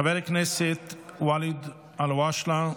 חבר הכנסת ואליד אלהואשלה,